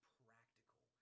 practical